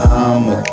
I'ma